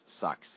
sucks